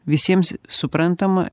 visiems suprantama